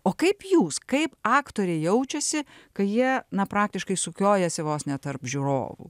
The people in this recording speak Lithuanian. o kaip jūs kaip aktoriai jaučiasi kai jie na praktiškai sukiojasi vos ne tarp žiūrovų